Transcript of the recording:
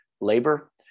labor